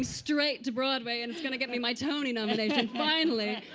straight to broadway and it's going to get me my tony nomination, finally.